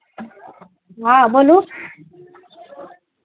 हँ बोलू